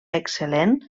excel·lent